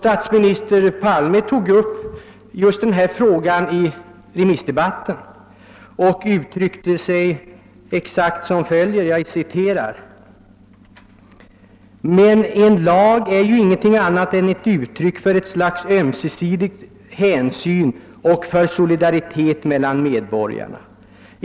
Statsminister Palme tog upp denna fråga under remissdebatten och uttryckte sig därvid på följande sätt: »Men en lag är ju ingenting annat än ett uttryck för ett slags ömsesidig hänsyn och för solidaritet mellan medborgarna.